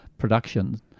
production